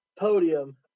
podium